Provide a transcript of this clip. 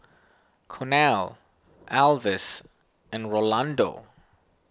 Cornel Alvis and Rolando